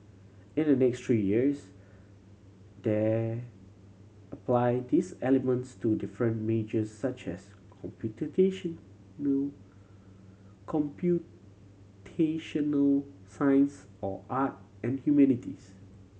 in the next three years they apply these elements to different majors such as computational science or art and humanities